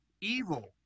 evil